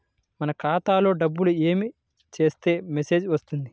మన ఖాతాలో డబ్బులు ఏమి చేస్తే మెసేజ్ వస్తుంది?